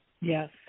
Yes